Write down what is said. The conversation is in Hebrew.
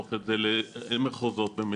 אנחנו לא יודעים לחתוך את זה למחוזות במדינות,